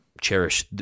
cherish